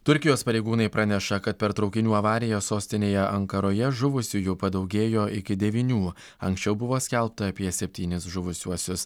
turkijos pareigūnai praneša kad per traukinių avariją sostinėje ankaroje žuvusiųjų padaugėjo iki devynių anksčiau buvo skelbta apie septynis žuvusiuosius